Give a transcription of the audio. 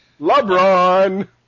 LeBron